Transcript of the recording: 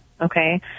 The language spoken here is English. okay